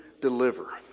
deliver